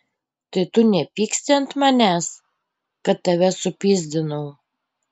tai tu nepyksti ant manęs kad tave supyzdinau